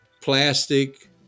plastic